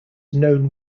known